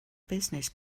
business